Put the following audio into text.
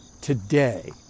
today